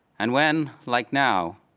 and when, like now,